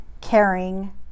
caring